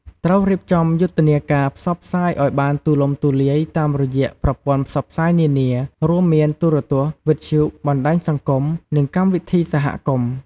ត្រូវរៀបចំយុទ្ធនាការផ្សព្វផ្សាយឱ្យបានទូលំទូលាយតាមរយៈប្រព័ន្ធផ្សព្វផ្សាយនានា រួមមានទូរទស្សន៍ វិទ្យុ បណ្តាញសង្គម និងកម្មវិធីសហគមន៍។